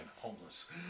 homeless